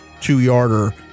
two-yarder